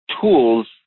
Tools